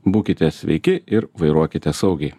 būkite sveiki ir vairuokite saugiai